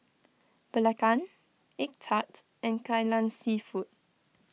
Belacan Egg Tart and Kai Lan Seafood